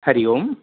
Hari Om